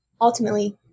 ultimately